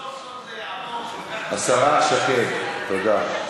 איציק, סוף-סוף זה יעבור, השרה שקד, תודה.